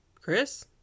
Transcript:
Chris